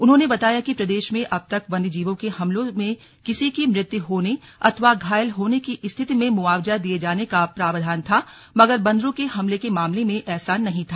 उन्होंने बताया कि प्रदेश में अब तक वन्यजीवों के हमलों में किसी की मृत्यू होने अथवा घायल होने की स्थिति में मुआवजा दिए जाने का प्रावधान था मगर बंदरों के हमले के मामले में ऐसा नहीं था